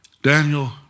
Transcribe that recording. Daniel